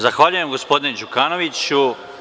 Zahvaljujem, gospodine Đukanoviću.